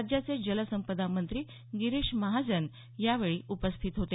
राज्याचे जलसंपदा मंत्री गिरीश महाजन यावेळी उपस्थित होते